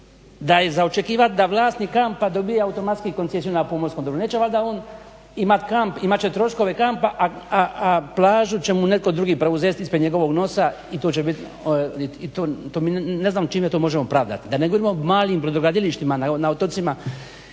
da je za očekivat da vlasnik kampa dobije automatski koncesiju na pomorskom dobru. Neće valjda on imat kamp, imat će troškove kampa, a plažu će mu netko drugi preuzet ispred njegovog nosa i to će bit i to mi ne znam čime to možemo pravdat. Da ne govorimo o malim brodogradilištima na otocima